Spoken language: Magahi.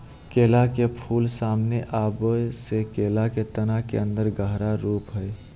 केला के फूल, सामने आबे से केला के तना के अन्दर गहरा रूप हइ